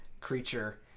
creature